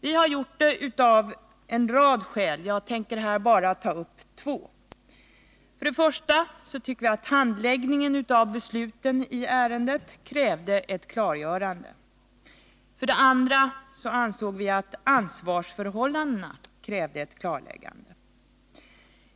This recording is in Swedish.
Vi har gjort det av en rad skäl. Jag tänker här bara ta upp två. För det första tyckte vi att handläggningen av besluten i ärendet krävde ett klargörande. För det andra ansåg vi att ansvarsförhållandena krävde ett klarläggande.